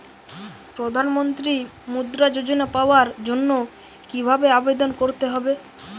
প্রধান মন্ত্রী মুদ্রা যোজনা পাওয়ার জন্য কিভাবে আবেদন করতে হবে?